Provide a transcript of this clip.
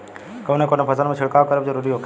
कवने कवने फसल में छिड़काव करब जरूरी होखेला?